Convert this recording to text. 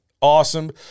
awesome